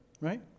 Right